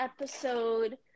episode